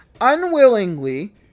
unwillingly